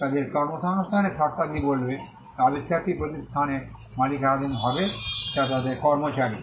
তাদের কর্মসংস্থানের শর্তাদি বলবে যে আবিষ্কারটি প্রতিষ্ঠানের মালিকানাধীন হবে যা তাদের কর্মচারী